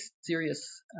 serious